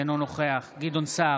אינו נוכח גדעון סער,